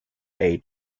aid